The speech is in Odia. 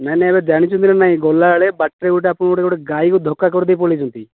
ନାଇଁ ନାଇଁ ଏବେ ଜାଣିଛନ୍ତି ନା ନାହିଁ ଗଲା ବେଳେ ବାଟରେ ଆପଣ ଗୋଟେ ଗାଈ କୁ ଧକା କରିଦେଇ ପଳେଇଛନ୍ତି